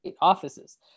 offices